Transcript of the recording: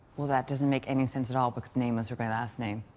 well, that doesn't make any sense at all, because nameless are by last name,